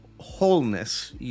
wholeness